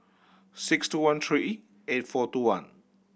six two one three eight four two one